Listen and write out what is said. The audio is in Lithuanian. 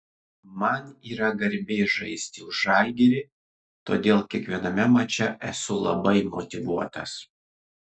man yra garbė žaisti už žalgirį todėl kiekviename mače esu labai motyvuotas